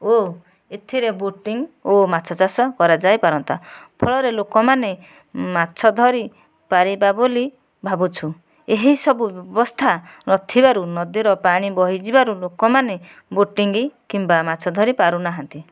ଓ ଏଥିରେ ବୋଟିଂ ଓ ମାଛ ଚାଷ କରାଯାଇ ପାରନ୍ତା ଫଳରେ ଲୋକମାନେ ମାଛ ଧରିପାରିବା ବୋଲି ଭାବୁଛୁ ଏହି ସବୁ ବ୍ୟବସ୍ଥା ନଥିବାରୁ ନଦୀର ପାଣି ବହି ଯିବାରୁ ଲୋକମାନେ ବୋଟିଂଙ୍ଗ କିମ୍ବା ମାଛ ଧରି ପାରୁନାହାନ୍ତି